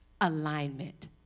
Alignment